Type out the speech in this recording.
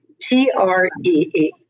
T-R-E-E